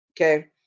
Okay